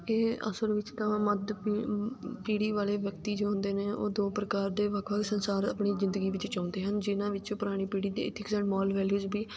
ਇਹ ਅਸਲ ਵਿੱਚ ਤਾਂ ਮੱਧ ਪੀ ਪੀੜ੍ਹੀ ਵਾਲੇ ਵਿਅਕਤੀ ਜੋ ਹੁੰਦੇ ਨੇ ਉਹ ਦੋ ਪ੍ਰਕਾਰ ਦੇ ਵੱਖ ਵੱਖ ਸੰਸਾਰ ਆਪਣੀ ਜ਼ਿੰਦਗੀ ਵਿੱਚ ਜਿਉਂਦੇ ਹਨ ਜਿਹਨਾਂ ਵਿੱਚੋਂ ਪੁਰਾਣੀ ਪੀੜ੍ਹੀ ਦੀ ethics and moral values we